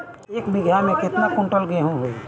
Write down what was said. एक बीगहा में केतना कुंटल गेहूं होई?